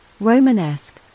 Romanesque